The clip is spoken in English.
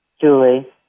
Julie